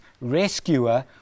rescuer